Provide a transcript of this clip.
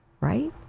right